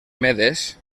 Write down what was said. medes